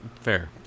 Fair